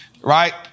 right